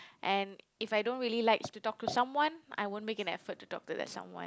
and if I don't really like to talk to someone I won't make an effort to talk to that someone